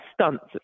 stunts